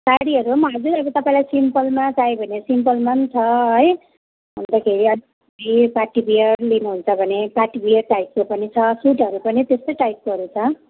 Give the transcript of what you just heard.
साडीहरू पनि हजुर अब तपाईँलाई सिम्पलमा चाहियो भने सिम्पलमा पनि छ है अन्तखेरि अब पार्टी वेयर लिनुहुन्छ भने पार्टी वियर टाइपको पनि छ सुटहरू पनि त्यस्तै टाइपकोहरू छ